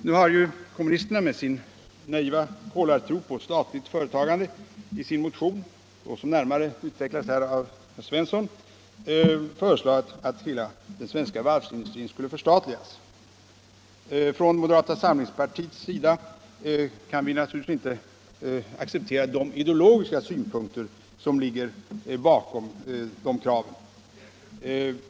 Nu har kommunisterna, med sin naiva kolartro på statligt företagande, i sin motion — som närmare har utvecklats här av herr Svensson i Malmö —- föreslagit att hela den svenska varvsindustrin skall förstatligas. Från moderata samlingspartiets sida kan vi naturligtvis inte acceptera de ideologiska synpunkter som ligger bakom de kraven.